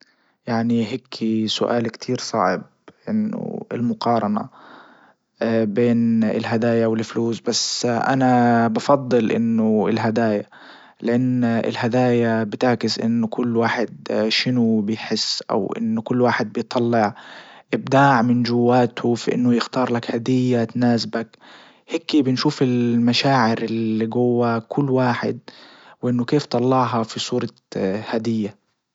يعني هيكي سؤال كتير صعب انه المقارنة بين الهدايا والفلوس بس انا بفضل انه الهدايا لان الهدايا بتعكس انه كل واحد شنو بيحس او ان كل واحد بيطلع ابداع من جواته في انه يختار لك هدية تناسبك هكي بنشوف المشاعر اللي جوة كل واحد وانه كيف طلعها في صورة هدية.